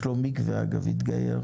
יש לו מקווה, אגב, הוא התגייר.